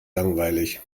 langweilig